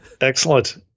Excellent